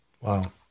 Wow